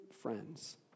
friends